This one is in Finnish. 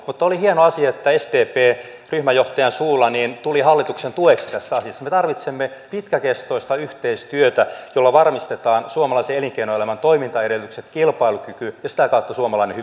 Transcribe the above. mutta oli hieno asia että sdp ryhmänjohtajan suulla tuli hallituksen tueksi tässä asiassa me tarvitsemme pitkäkestoista yhteistyötä jolla varmistetaan suomalaisen elinkeinoelämän toimintaedellytykset kilpailukyky ja sitä kautta suomalainen